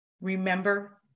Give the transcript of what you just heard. remember